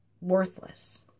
Worthless